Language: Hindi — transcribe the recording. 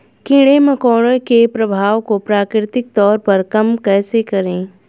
कीड़े मकोड़ों के प्रभाव को प्राकृतिक तौर पर कम कैसे करें?